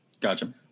gotcha